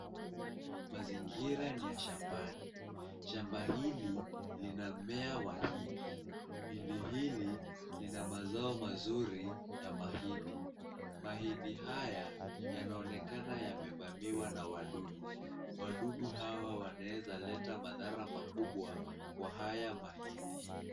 Mazingira ni ya shabani, shamba hili lina mmea wa mahindi, hindi hili lina mazao mazuri ya mahindi, mahindi haya yanaonekana yamevamiwa na wadudu. Wadudu hawa wanaweza leta madhara makubwa kwa haya mahindi.